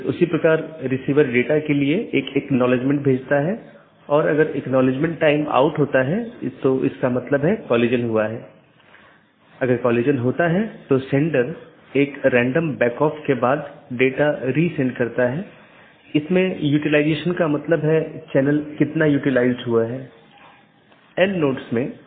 यह एक चिन्हित राउटर हैं जो ऑटॉनमस सिस्टमों की पूरी जानकारी रखते हैं और इसका मतलब यह नहीं है कि इस क्षेत्र का सारा ट्रैफिक इस क्षेत्र बॉर्डर राउटर से गुजरना चाहिए लेकिन इसका मतलब है कि इसके पास संपूर्ण ऑटॉनमस सिस्टमों के बारे में जानकारी है